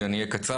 אני אהיה קצר,